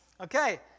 Okay